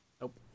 Nope